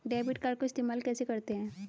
Debit card को इस्तेमाल कैसे करते हैं?